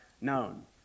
known